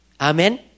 Amen